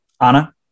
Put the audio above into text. Anna